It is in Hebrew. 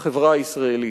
בחברה הישראלית.